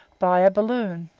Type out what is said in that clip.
by a balloon.